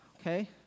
okay